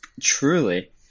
Truly